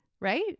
right